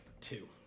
two